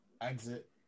Exit